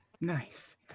Nice